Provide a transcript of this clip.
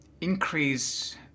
increase